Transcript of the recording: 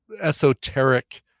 esoteric